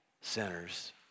sinners